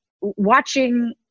watching